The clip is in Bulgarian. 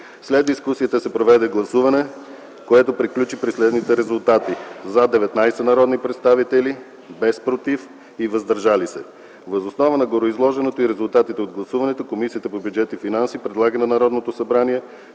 След дискусията се проведе гласуване, което приключи при следните резултати: за – 19 народни представители, без против и въздържали се. Въз основа на гореизложеното и резултатите от гласуването Комисията по бюджет и финанси предлага на Народното събрание